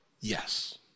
Yes